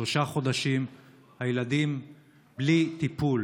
שלושה חודשים הילדים בלי טיפול.